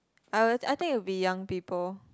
I will I think it will be young people